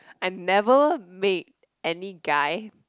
I never made any guy